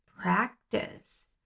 practice